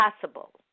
possible